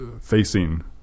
facing